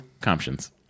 comptions